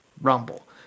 Rumble